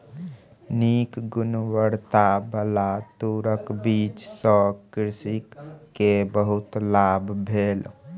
नीक गुणवत्ताबला तूरक बीज सॅ कृषक के बहुत लाभ भेल